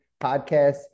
Podcast